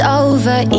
over